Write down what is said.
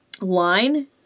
line